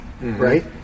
right